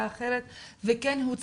כמה בתי ספר תיכונים יש לך מתוך ה-70?